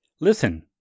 listen